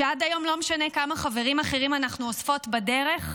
שעד היום לא משנה כמה חברים אחרים אנחנו אוספות בדרך,